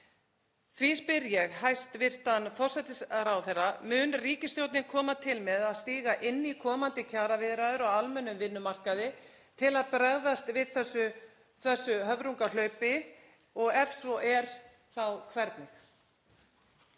spyr ég hæstv. forsætisráðherra: Mun ríkisstjórnin koma til með að stíga inn í komandi kjaraviðræður á almennum vinnumarkaði til að bregðast við þessu höfrungahlaupi? Og ef svo er, þá hvernig?